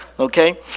okay